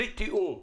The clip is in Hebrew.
בלי תיאום,